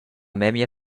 memia